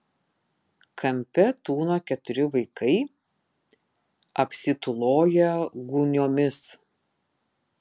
kampe tūno keturi vaikai apsitūloję gūniomis